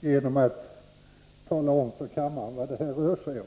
genom att tala om för kammaren vad det här rör sig om.